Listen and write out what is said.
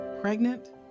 Pregnant